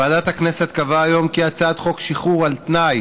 ועדת הכנסת קבעה היום כי הצעת חוק שחרור על תנאי